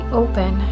open